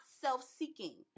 self-seeking